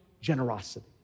generosity